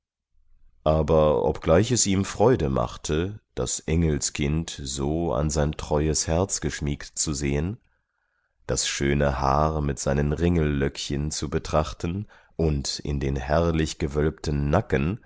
aber obgleich es ihm freude machte das engelskind so an sein treues herz geschmiegt zu sehen das schöne haar mit seinen ringellöckchen zu betrachten und in den herrlich gewölbten nacken